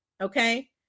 okay